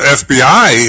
fbi